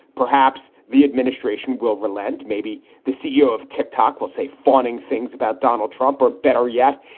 perhaps the administration will relent. maybe the ceo of tic-tac will say fawning things about donald trump, or better yet,